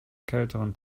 kälteren